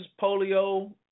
polio